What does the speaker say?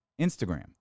Instagram